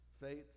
faith